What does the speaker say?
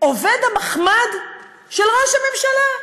עובד המחמד של ראש הממשלה.